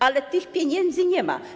Ale tych pieniędzy nie ma.